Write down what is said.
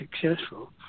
successful